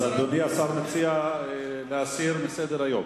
אז אדוני השר מציע להסיר מסדר-היום.